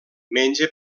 menja